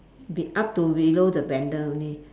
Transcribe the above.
be up to below the blender only